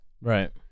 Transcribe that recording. Right